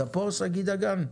דגן,